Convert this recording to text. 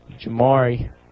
Jamari